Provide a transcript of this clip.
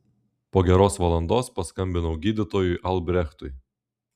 po geros valandos paskambinau gydytojui albrechtui